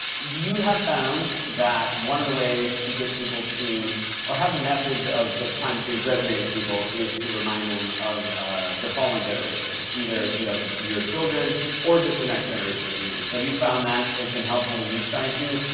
you have found that one of the ways to get people to or have the message of sort of climate change resonate with people is to remind them of ah the following generation, either, you know, your children or just the next generation of humans. have you found that has been helpful when you try to